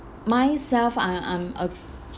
myself I I'm a